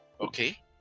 Okay